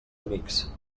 amics